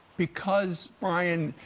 because, brian,